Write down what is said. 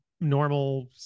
normal